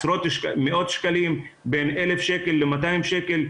מאות שקלים, בין 1,000 שקל ל-200 שקל.